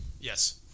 Yes